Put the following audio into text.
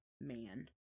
man